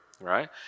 right